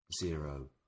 zero